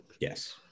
Yes